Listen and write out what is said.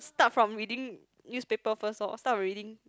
start from reading newspaper first loh start with reading